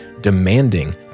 demanding